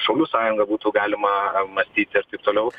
šaulių sąjungą būtų galima matyti ir taip toliau